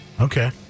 okay